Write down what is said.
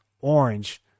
orange